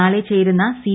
നാളെ ചേരുന്ന സി